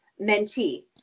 mentee